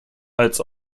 als